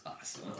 awesome